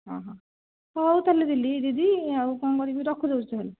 ହଁ ହଁ ହଉ ତା'ହେଲେ ଦିଦି ଆଉ କ'ଣ କରିବି ରଖିଦେଉଛି ତା'ହେଲେ